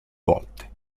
volte